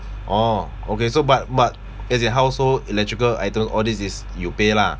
oh okay so but but as in household electrical items all this is you pay lah